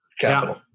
capital